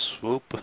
swoop